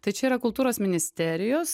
tai čia yra kultūros ministerijos